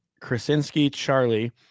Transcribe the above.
Krasinski-Charlie